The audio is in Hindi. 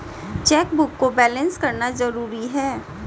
चेकबुक को बैलेंस करना क्यों जरूरी है?